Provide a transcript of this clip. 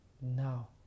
now